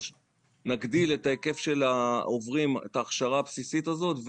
נגדיל את ההיקף של העוברים את ההכשרה הבסיסית הזאת,